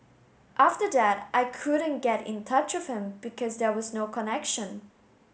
after that I couldn't get in touch with him because there was no connection